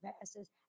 passes